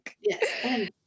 Yes